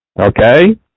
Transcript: Okay